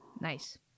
Nice